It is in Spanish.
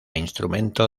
instrumento